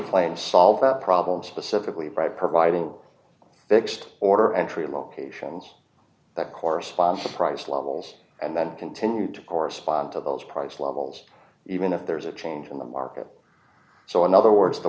plane solve that problem specifically by providing fixed order entry locations that correspond to price levels and then continue to correspond to those price levels even if there is a change in the market so in other words the